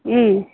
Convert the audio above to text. ம்